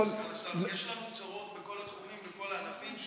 סגן השר, יש לכם צרות בכל התחומים, בכל הענפים.